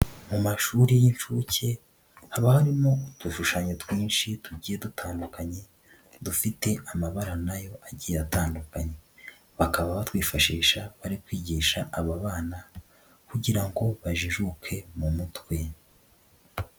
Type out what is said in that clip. Mu mashuri y'incuke haba harimo udushushanyo twinshi tugiye dutandukanye dufite amabara nayo agiye atandukanye, bakaba batwifashisha bari kwigisha aba bana kugira ngo bajijuke mu mutwe.